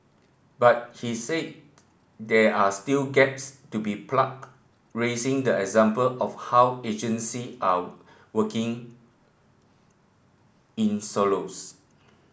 but he said there are still gaps to be plugged raising the example of how agency are working in silos